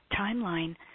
timeline